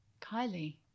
Kylie